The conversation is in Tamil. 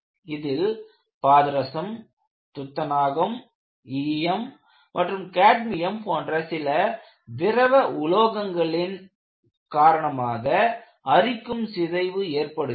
இதில் பாதரசம் துத்தநாகம் ஈயம் மற்றும் காட்மியம் போன்ற சில திரவ உலோகங்களின் காரணமாக அரிக்கும் சிதைவு ஏற்படுகிறது